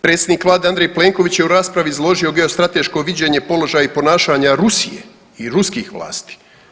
Predsjednik vlade Andrej Plenković je u raspravi izložio geostrateško viđenje položaja i ponašanja Rusije i ruskih vlasti.